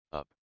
up